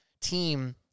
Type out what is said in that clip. team